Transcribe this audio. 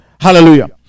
Hallelujah